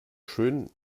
schön